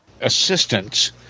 assistance